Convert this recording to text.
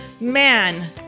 man